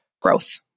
growth